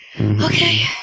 Okay